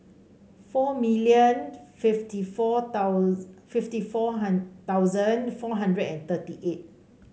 four million fifty four fifty four thousand four hundred and thirty eight